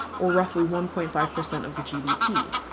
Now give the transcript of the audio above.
or roughly one point five percent of the gdp.